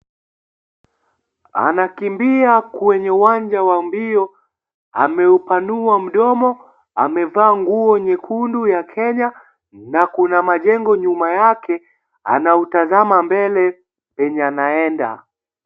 Anakimbia kwenye uwanja wa mbio. Ameupanua mdomo. Amevaa nguo nyekundu ya Kenya na kuna majengo nyuma yake. Anautazama mbele penye anaenda.